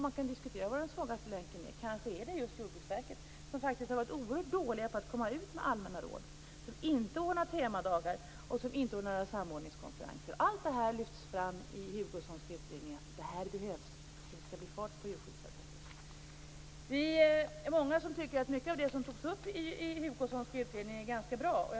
Man kan diskutera vad den svagaste länken är. Kanske är det just Jordbruksverket, där man faktiskt har varit oerhört dålig på att komma ut med allmänna råd. Man har inte ordnat temadagar och man har inte ordnat några samordningskonferenser. I den Hugosonska utredningen lyfter man fram att allt detta behövs om det skall bli fart på djursyddsarbetet. Vi är många som tycker att mycket av det som togs upp i den Hugosonska utredningen är ganska bra.